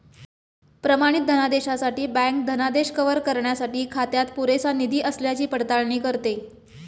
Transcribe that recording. प्रमाणित धनादेशासाठी बँक धनादेश कव्हर करण्यासाठी खात्यात पुरेसा निधी असल्याची पडताळणी करते